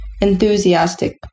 enthusiastic